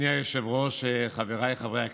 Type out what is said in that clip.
אדוני היושב-ראש, חבריי חברי הכנסת,